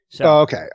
Okay